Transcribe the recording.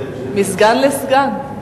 מסגן לסגן.